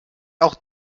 auch